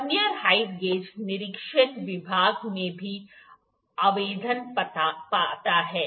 vernier height gauge निरीक्षण विभाग में भी आवेदन पाता है